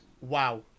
Wow